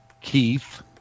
Keith